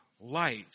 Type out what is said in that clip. light